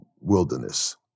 wilderness